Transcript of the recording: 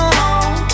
home